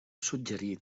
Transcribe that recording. suggerit